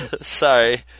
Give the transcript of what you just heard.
Sorry